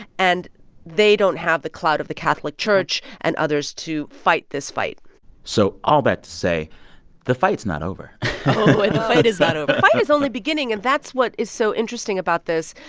and they don't have the clout of the catholic church and others to fight this fight so all that to say the fight's not over oh, and the fight is not over the fight is only beginning. and that's what is so interesting about this.